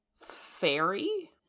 fairy